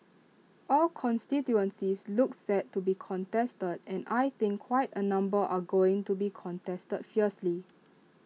all constituencies look set to be contested and I think quite A number are going to be contested fiercely